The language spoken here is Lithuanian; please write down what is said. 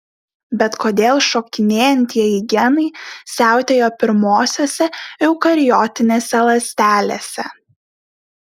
bet kodėl šokinėjantieji genai siautėjo pirmosiose eukariotinėse ląstelėse